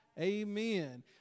Amen